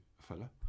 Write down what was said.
fella